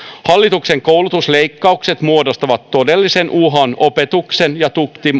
hallituksen koulutusleikkaukset muodostavat todellisen uhan opetuksen ja